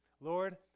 Lord